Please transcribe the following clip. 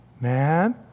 Man